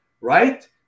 right